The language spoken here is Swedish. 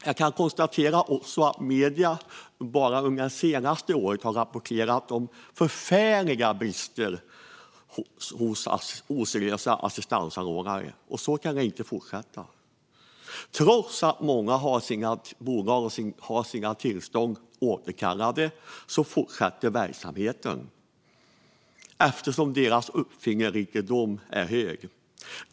Jag kan också konstatera att medierna bara under de senaste åren har rapporterat om förfärliga brister hos oseriösa assistansanordnare, och så kan det inte fortsätta. Trots att många bolag har fått sina tillstånd återkallade fortsätter verksamheten, eftersom deras uppfinningsrikedom är stor.